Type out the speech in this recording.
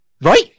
Right